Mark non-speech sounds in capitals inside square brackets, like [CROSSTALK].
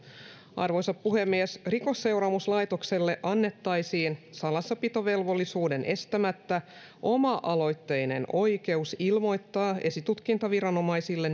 arvoisa puhemies rikosseuraamuslaitokselle annettaisiin salassapitovelvollisuuden estämättä oma aloitteinen oikeus ilmoittaa esitutkintaviranomaisille [UNINTELLIGIBLE]